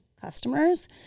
customers